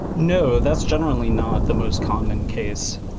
no. that's generally not the most common case.